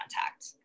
contact